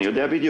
אני יודע בדיוק.